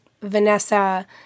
Vanessa